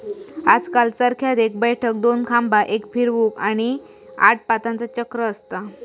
आजकल चरख्यात एक बैठक, दोन खांबा, एक फिरवूक, आणि आठ पातांचा चक्र असता